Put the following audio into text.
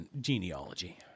genealogy